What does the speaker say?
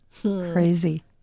crazy